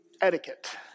Etiquette